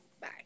Bye